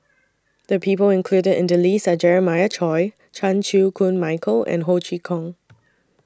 The People included in The list Are Jeremiah Choy Chan Chew Koon Michael and Ho Chee Kong